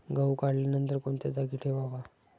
गहू काढल्यानंतर कोणत्या जागी ठेवावा?